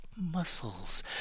muscles